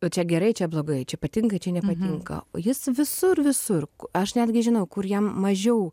o čia gerai čia blogai čia patinka čia nepatinka jis visur visur aš netgi žinau kur jam mažiau